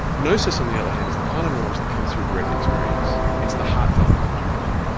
gnosis on the other hand is the kind of knowledge that comes through direct experience, it's the heart-felt knowledge if you like.